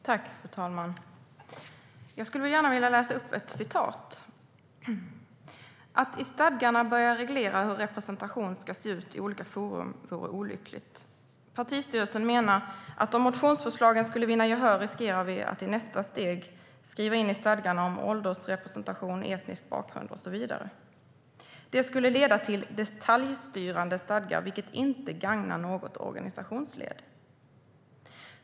Fru talman! Jag skulle gärna vilja läsa upp ett citat. "Att i stadgarna börja reglera hur representation ska se ut i olika forum vore olyckligt. Partistyrelsen menar att om motionsförslagen skulle vinna gehör riskerar vi att i nästa steg skriva in i stadgarna om åldersrepresentation, etnisk bakgrund osv. Det skulle leda till detaljstyrande stadgar vilket inte gagnar något organisationsled."